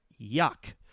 Yuck